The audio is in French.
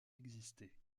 existé